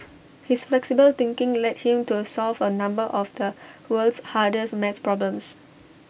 his flexible thinking led him to solve A number of the world's hardest math problems